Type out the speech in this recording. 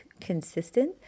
consistent